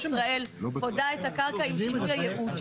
ישראל פודה את הקרקע עם שינוי היעוד שלה.